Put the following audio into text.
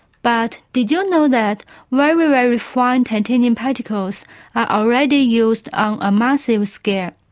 but did you know that very, very fine titanium particles are already used on a massive scale?